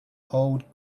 old